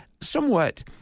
somewhat